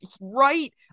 right